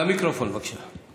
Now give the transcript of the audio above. למיקרופון, בבקשה.